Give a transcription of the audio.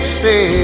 say